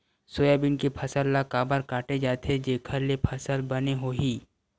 Soybean के फसल ल काबर काटे जाथे जेखर ले फसल बने होही?